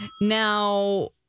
now